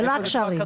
ולא הקשרים.